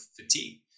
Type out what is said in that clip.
fatigue